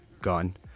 gone